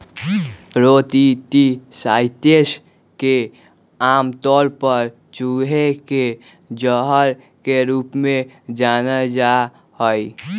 rodenticides के आमतौर पर चूहे के जहर के रूप में जानल जा हई